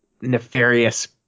nefarious